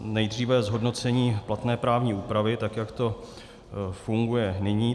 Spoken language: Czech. Nejdříve zhodnocení platné právní úpravy, tak jak to funguje nyní.